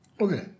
Okay